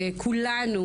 כולנו